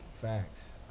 Facts